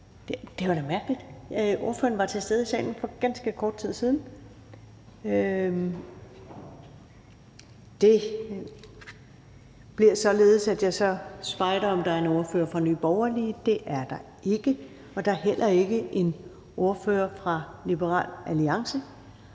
Det var da mærkeligt. Ordføreren var til stede i salen for ganske kort tid siden. Så bliver det således, at jeg ser, om der er en ordfører fra Nye Borgerlige. Det er der ikke, og der er heller ikke en ordfører fra Liberal Alliance.